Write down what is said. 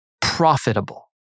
profitable